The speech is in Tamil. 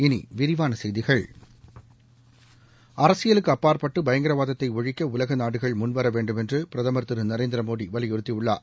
இனி விரிவான செய்திகள் அரசியலுக்கு அப்பாற்பட்டு பயங்கரவாதத்தை ஒழிக்க உலக நாடுகள் முன்வரவேண்டும் என்று பிரதமா் திரு நரேந்திர மோடி வலியுறுத்தியுள்ளார்